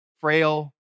frail